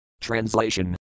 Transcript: Translation